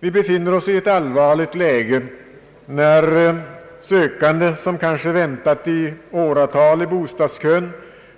Vi befinner oss i ett allvarligt läge när sökande, som kanske väntat i åratal i bostadskön,